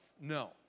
No